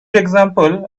example